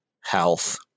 health